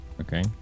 Okay